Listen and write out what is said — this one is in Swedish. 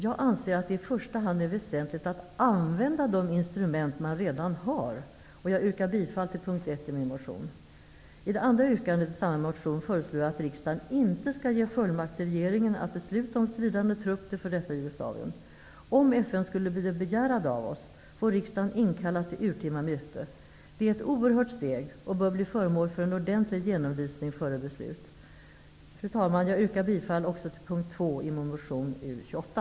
Jag anser att det i första hand är väsentligt att använda de instrument man redan har, och jag yrkar bifall till punkt 1 i min motion. I det andra yrkandet i samma motion föreslår jag att riksdagen inte skall ge fullmakt till regeringen att besluta om att skicka en stridande trupp till f.d. Jugoslavien. Om FN skulle begära det av oss, får riksdagen inkallas till urtima möte. Det är ett oerhört steg och bör bli föremål för en ordentlig genomlysning före beslut. Fru talman! Jag yrkar bifall också till punkt 2 i min motion U28.